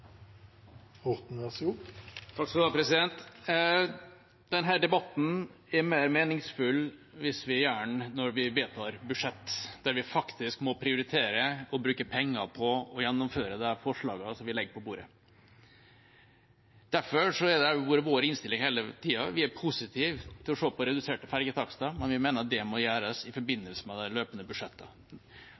mer meningsfull hvis vi gjør den når vi vedtar budsjett, der vi faktisk må prioritere å bruke penger på å gjennomføre de forslagene som vi legger på bordet. Derfor har det vært vår innstilling hele tida at vi er positive til å se på reduserte ferjetakster, men vi mener det må gjøres i forbindelse med de løpende